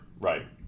right